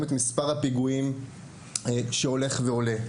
רואים את מספר הפיגועים שהולך ועולה.